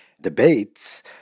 debates